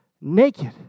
naked